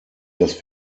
dass